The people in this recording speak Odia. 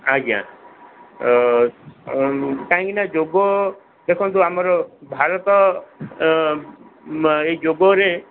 ଆଜ୍ଞା କାହାକିଁ ନା ଯୋଗ ଦେଖନ୍ତୁ ଆମର ଭାରତ ଏଇ ଯୋଗରେ